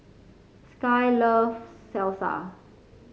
Skye loves Salsa